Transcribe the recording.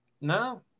no